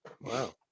Wow